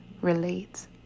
relate